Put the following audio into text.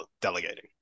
delegating